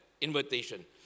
invitation